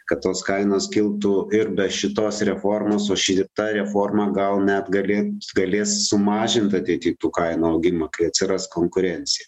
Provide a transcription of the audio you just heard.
kad tos kainos kiltų ir be šitos reformos o šita reforma gal net galėtų galės sumažint ateity tų kainų augimą kai atsiras konkurencija